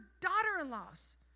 daughter-in-laws